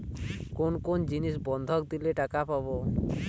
কোন কোন জিনিস বন্ধক দিলে টাকা পাব?